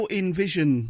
envision